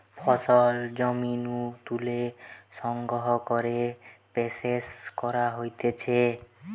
ফসল জমি নু তুলে সংগ্রহ করে প্রসেস করা হতিছে